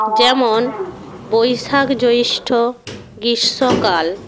যেমন বৈশাখ জ্যৈষ্ঠ গ্রীষ্মকাল